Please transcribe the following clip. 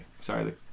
Sorry